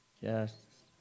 Yes